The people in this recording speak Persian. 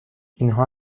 اینها